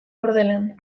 bordelen